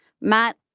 Matt